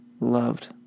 loved